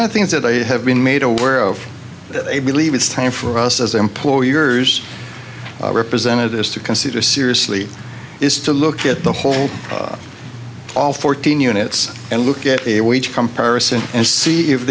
of the things that i have been made aware of they believe it's time for us as employers representatives to consider seriously is to look at the whole all fourteen units and look at a wage comparison and see if